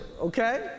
Okay